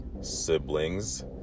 siblings